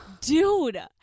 Dude